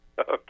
Okay